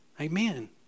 Amen